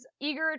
eager